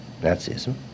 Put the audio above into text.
Nazism